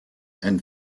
and